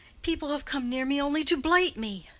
people have come near me only to blight me.